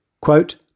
Quote